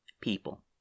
people